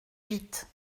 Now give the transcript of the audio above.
vite